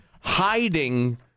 hiding